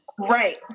Right